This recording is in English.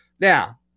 Now